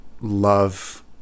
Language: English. love